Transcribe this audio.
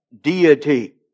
deity